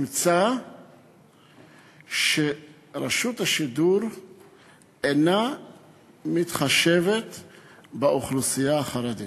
ימצא שרשות השידור אינה מתחשבת באוכלוסייה החרדית.